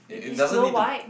maybe Snow-White